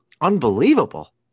Unbelievable